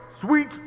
Sweet